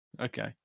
okay